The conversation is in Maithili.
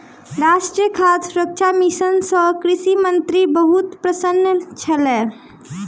राष्ट्रीय खाद्य सुरक्षा मिशन सँ कृषि मंत्री बहुत प्रसन्न छलाह